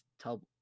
tell